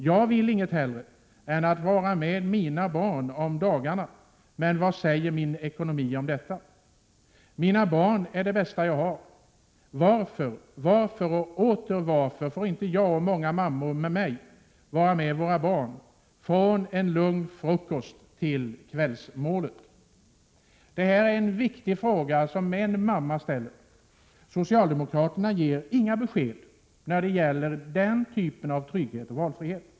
Jag vill inget hellre än att vara med mina barn om dagarna, men vad säger min ekonomi om detta? Mina barn är det bästa jag har. Varför, varför och åter varför får inte jag och många mammor med mig vara med våra barn från en lugn frukost till kvällsmålet?” Det här är en viktig fråga som en mamma ställer. Socialdemokraterna ger inga besked när det gäller den typen av trygghet och valfrihet.